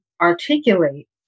articulate